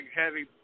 heavy